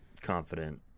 confident